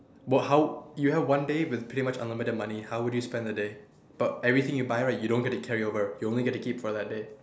what how you have one day with pretty much unlimited money how would you spend the day but everything you buy right you don't get to carry it over you only get to keep it for that day